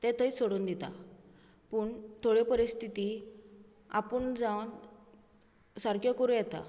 तें थंयच सोडून दितां पूण थोड्यो परिस्थिती आपूण जावन सारक्यो करूं येता